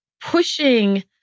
pushing